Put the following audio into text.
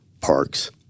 Parks